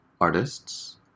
artists